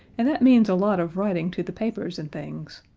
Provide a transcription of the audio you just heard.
and that means a lot of writing to the papers and things.